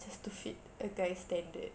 just to fit a guy's standard